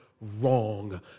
wrong